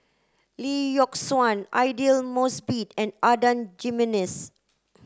Lee Yock Suan Aidli Mosbit and Adan Jimenez